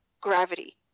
gravity